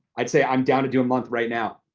i'd say i'm down to do a month right now.